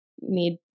need